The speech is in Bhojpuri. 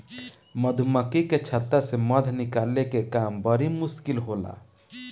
मधुमक्खी के छता से मध निकाले के काम बड़ी मुश्किल होला